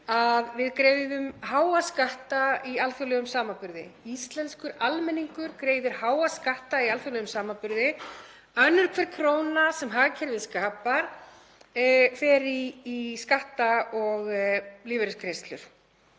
að við greiðum háa skatta í alþjóðlegum samanburði. Íslenskur almenningur greiðir háa skatta í alþjóðlegum samanburði. Önnur hver króna sem hagkerfið skapar fer í skatta og lífeyrisgreiðslur.